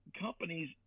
companies